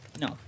No